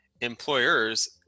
employers